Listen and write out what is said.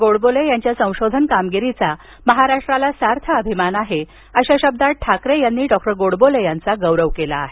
गोडबोले यांच्या संशोधन कामगिरीचा महाराष्ट्राला अभिमान आहे अशा शब्दात ठाकरे यांनी डॉ गोडबोले यांचा गौरव केला आहे